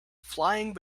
flying